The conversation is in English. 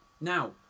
now